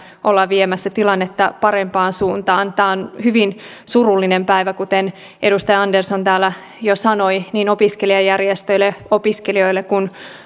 olla viemässä tilannetta parempaan suuntaan tämä on hyvin surullinen päivä kuten edustaja andersson täällä jo sanoi niin opiskelijajärjestöille opiskelijoille kuin